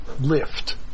lift